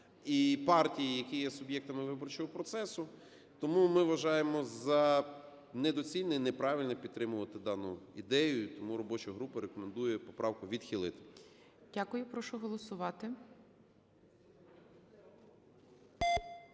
і партій, які є суб'єктами виборчого процесу. Тому ми вважаємо за недоцільне і неправильне підтримувати дану ідею. І тому робоча група рекомендує поправку відхилити. ГОЛОВУЮЧИЙ. Дякую. Прошу голосувати.